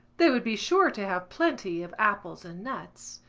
they would be sure to have plenty of apples and nuts.